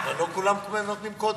אבל לא כולם נותנים קודים.